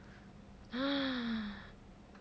ah